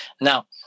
Now